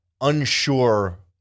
unsure